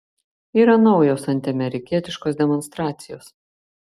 yra naujos antiamerikietiškos demonstracijos